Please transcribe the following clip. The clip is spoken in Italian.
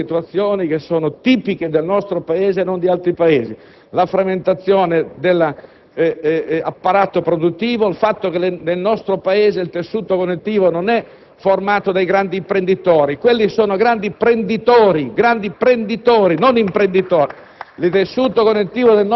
ha a che fare con due situazioni che sono tipiche del nostro Paese e non di altri: la frammentazione dell'apparato produttivo e il fatto che il tessuto connettivo non è formato dai grandi imprenditori; quelli sono grandi prenditori, non imprenditori.